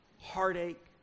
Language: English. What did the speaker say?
heartache